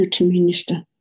Minister